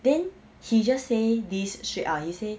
then he just say this ah you say